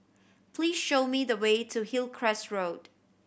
please show me the way to Hillcrest Road